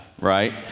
right